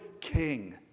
king